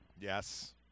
Yes